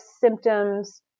symptoms